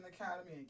Academy